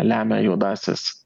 lemia juodąsias